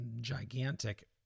gigantic